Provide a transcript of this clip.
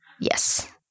Yes